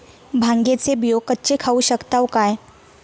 भांगे चे बियो कच्चे खाऊ शकताव काय?